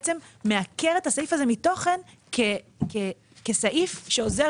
זה בעצם מעקר את הסעיף הזה מתוכן כסעיף שעוזר